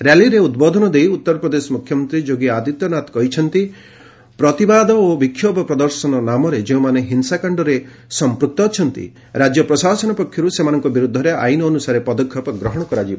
ର୍ୟାଲିରେ ଉଦ୍ବୋଧନ ଦେଇ ଉତ୍ତରପ୍ରଦେଶ ମୁଖ୍ୟମନ୍ତ୍ରୀ ଯୋଗୀ ଆଦିତ୍ୟନାଥ କହିଛନ୍ତି ପ୍ରତିବାଦ ବିକ୍ଷୋଭ ପ୍ରଦର୍ଶନ ନାମରେ ଯେଉଁମାନେ ହିଂସାକାଶ୍ଡରେ ସଂପୃକ୍ତ ଅଛନ୍ତି ରାଜ୍ୟ ପ୍ରଶାସନ ପକ୍ଷର୍ ସେମାନଙ୍କ ବିର୍ଦ୍ଧରେ ଆଇନ ଅନ୍ତସାରେ ପଦକ୍ଷେପ ନିଆଯିବ